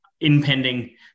impending